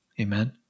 Amen